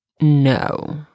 No